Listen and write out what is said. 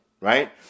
right